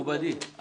מכובדי,